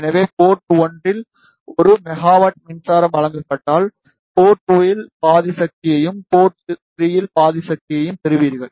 எனவே போர்ட் 1 இல் 1 மெகாவாட் மின்சாரம் வழங்கப்பட்டால் போர்ட் 2 இல் பாதி சக்தியையும் போர்ட் 3 இல் பாதி சக்தியையும் பெறுவீர்கள்